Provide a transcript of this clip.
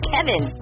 Kevin